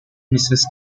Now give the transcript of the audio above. mrs